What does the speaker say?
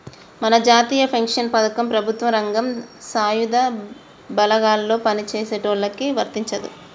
మన జాతీయ పెన్షన్ పథకం ప్రభుత్వ రంగం సాయుధ బలగాల్లో పని చేసేటోళ్ళకి వర్తించదు